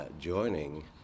joining